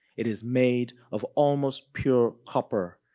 it is made of almost pure copper,